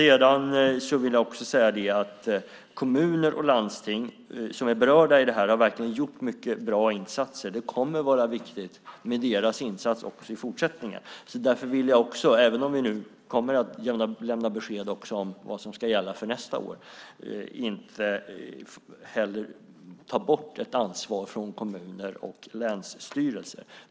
Jag vill också säga att de kommuner och landsting som är berörda av detta verkligen har gjort många bra insatser. Deras insatser kommer att vara viktiga också i fortsättningen. Även om vi kommer att lämna besked om vad som ska gälla för nästa år vill jag inte ta bort ansvaret från kommuner och länsstyrelser.